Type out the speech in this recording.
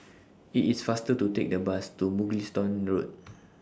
IT IS faster to Take The Bus to Mugliston Road